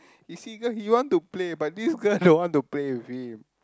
he see girl he want to play but this girl don't want to play with him